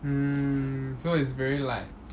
mm so it's very like